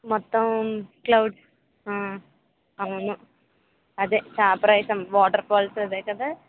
మొత్తం క్లౌడ్స్ ఆ అవును అదే చాపరాయి సం వాటర్ ఫాల్స్ అదే కదా